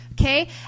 okay